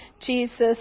Jesus